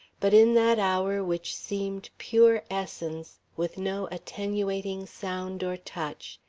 but in that hour which seemed pure essence, with no attenuating sound or touch,